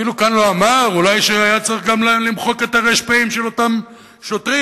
אפילו כאן לא אמר אולי שהיה צריך גם למחוק את הר"פ של אותם שוטרים,